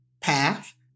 path